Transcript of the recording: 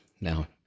now